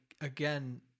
again